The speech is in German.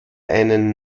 einen